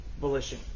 volition